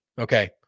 Okay